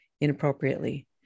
inappropriately